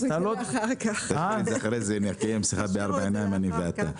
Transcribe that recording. אחר כך נקיים שיחה בארבע עיניים, אני ואתה.